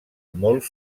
molt